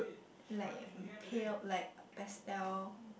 like pale like pastel